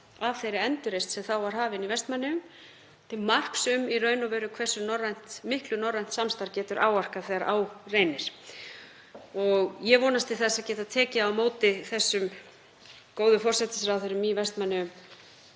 af þeirri endurreisn sem þá var hafin í Vestmannaeyjum, til marks um hversu miklu norrænt samstarf getur áorkað þegar á reynir. Ég vonast til þess að geta tekið á móti þessum góðu forsætisráðherrum í Vestmannaeyjum